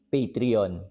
Patreon